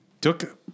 Took